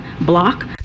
block